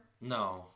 No